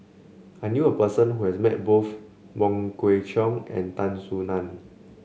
I knew a person who has met both Wong Kwei Cheong and Tan Soo Nan